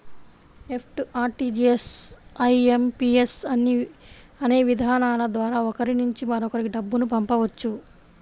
NEFT, RTGS, IMPS అనే విధానాల ద్వారా ఒకరి నుంచి మరొకరికి డబ్బును పంపవచ్చు